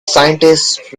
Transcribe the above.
scientist